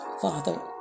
Father